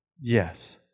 Yes